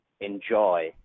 enjoy